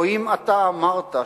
או אם אתה אמרת,